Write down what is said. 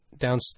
down